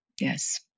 yes